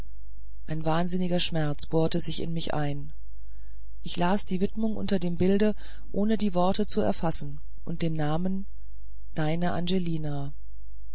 ein wahnsinniger schmerz bohrte sich in mich ein ich las die widmung unter dem bilde ohne die worte zu erfassen und den namen deine